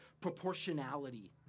proportionality